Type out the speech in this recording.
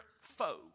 foe